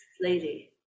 lady